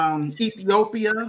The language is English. Ethiopia